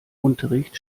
unterricht